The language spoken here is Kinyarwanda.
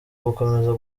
gukomeza